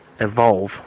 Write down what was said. evolve